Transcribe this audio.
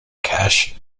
cache